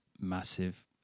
massive